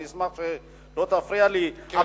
אשמח אם לא תפריע לי.